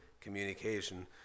communication